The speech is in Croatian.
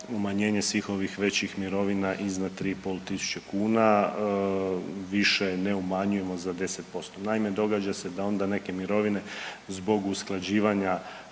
umanjenje svih ovih većih mirovina iznad 3.5 tisuće kuna više ne umanjujemo za 10%. Naime, događa se da onda neke mirovine zbog usklađivanja